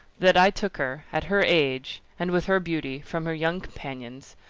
that i took her at her age, and with her beauty from her young companions,